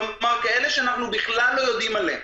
כלומר כאלה שאנחנו בכלל לא יודעים עליהם.